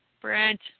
Brent